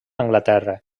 anglaterra